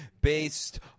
based